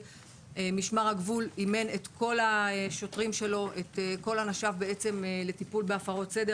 משמר הגבול אימן את כל השוטרים שלו לטפל בהפרות סדר,